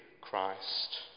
Christ